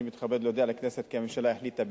אני מתכבד להודיע לכנסת כי הממשלה החליטה,